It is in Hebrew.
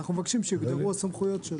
אנחנו מבקשים שיוגדרו הסמכויות שלו.